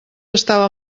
estava